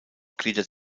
gliedert